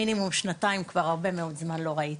מינימום שנתיים, כבר הרבה מאוד זמן לא ראיתי,